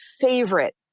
favorite